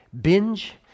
binge